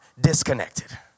disconnected